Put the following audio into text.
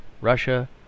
Russia